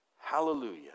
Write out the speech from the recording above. Hallelujah